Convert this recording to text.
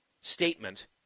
statement